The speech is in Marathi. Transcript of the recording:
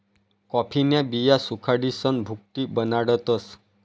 कॉफीन्या बिया सुखाडीसन भुकटी बनाडतस